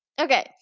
Okay